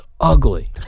ugly